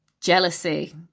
Jealousy